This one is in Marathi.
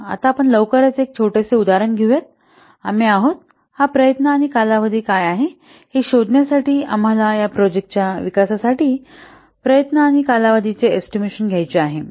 आता आपण लवकरच एक छोटेसे उदाहरण घेऊ आम्ही आहोत हा प्रयत्न आणि हा कालावधी काय आहे हे शोधण्यासाठी आम्हाला या प्रोजेक्टाच्या विकासासाठी प्रयत्न आणि या कालावधीचा एस्टिमेशन घ्यायचा आहे